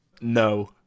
No